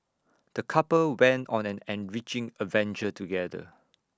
the couple went on an enriching adventure together